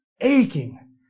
aching